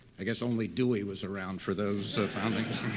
i guess only dewey was around for those foundings